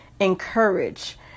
encourage